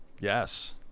Yes